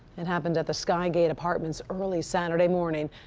it happened at the sky gate apartments early saturday morning.